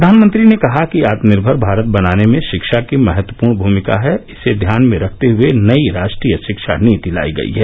प्रधानमंत्री ने कहा कि आत्मनिर्भर भारत बनाने में शिक्षा की महत्वपूर्ण भूमिका है इसे ध्यान में रखते हए नई राष्ट्रीय शिक्षा नीति लाई गई है